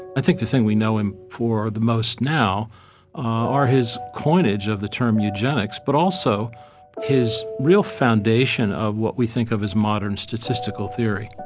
i think the thing we know him for the most now are his coinage of the term eugenics but also his real foundation of what we think of as modern statistical theory